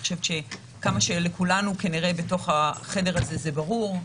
כמה שכנראה לכולנו בחדר זה ברור,